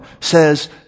says